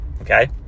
okay